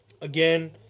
Again